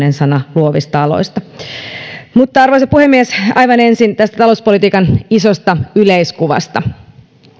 luovista aloista arvoisa puhemies aivan ensin tästä talouspolitiikan isosta yleiskuvasta